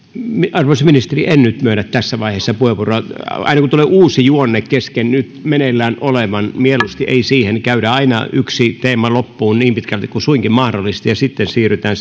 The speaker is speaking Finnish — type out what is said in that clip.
arvoisa ministeri en nyt myönnä tässä vaiheessa puheenvuoroa aina kun tulee uusi juonne kesken nyt meneillään olevaan keskusteluun mieluusti ei siihen käydä aina yksi teema loppuun niin pitkälti kuin suinkin mahdollista ja sitten siirrytään